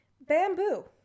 bamboo